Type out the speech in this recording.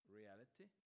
reality